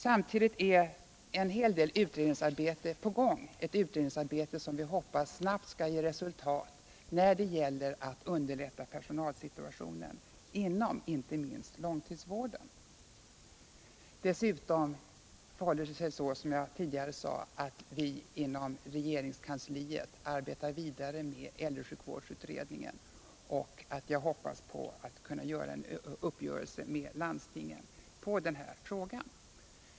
Samtidigt är en hel del utredningsarbete på gång som vi hoppas snabbt skall ge resultat när det gäller att underlätta personalsituationen, inte minst inom långtidsvården. Dessutom arbetar vi inom regeringskansliet vidare med äldresjukvårdsutredningen. Jag hoppas kunna nå en uppgörelse med landstingen i den frågan.